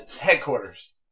headquarters